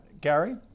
Gary